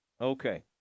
Okay